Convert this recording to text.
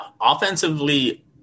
offensively